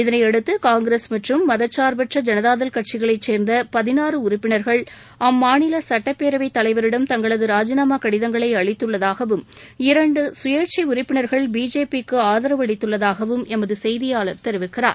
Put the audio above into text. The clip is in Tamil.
இதனையடுத்து காங்கிரஸ் மற்றும் மதச்சார்பற்ற ஐனதாதள் கட்சிகளைச்சேர்ந்த பதினாறு உறுப்பினர்கள் அம்மாநில சுட்டப்பேரவைத்தலைவரிடம் தங்களது ராஜினாமா கடிதங்களை அளித்துள்ளதாகவும் இரண்டு கபேட்சை உறுப்பினர்கள் பிஜேபிக்கு ஆதரவளித்துள்ளதாகவும் எமது செய்தியாளர் தெரிவிக்கிறார்